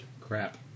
Crap